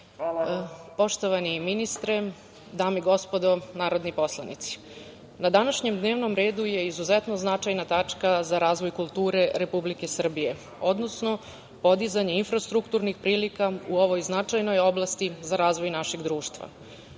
vam.)Poštovani ministre, dame i gospodo narodni poslanici, na današnjem dnevnom redu je izuzetno značajna tačka za razvoj kulture Republike Srbije, odnosno podizanje infrastrukturnih prilika u ovoj značajnoj oblasti za razvoj našeg društva. Predlog